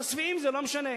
ולשבעים זה לא משנה.